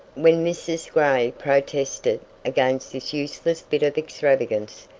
when mrs. gray protested against this useless bit of extravagance,